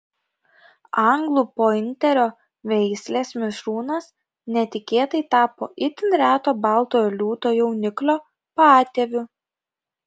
anglų pointerio veislės mišrūnas netikėtai tapo itin reto baltojo liūto jauniklio patėviu